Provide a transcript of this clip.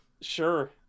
Sure